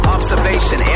Observation